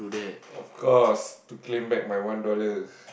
of course to claim back my one dollars